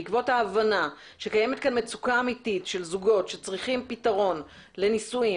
בעקבות ההבנה שקיימת כאן מצוקה אמיתית של זוגות שצריכים פתרון לנישואים,